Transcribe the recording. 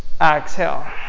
exhale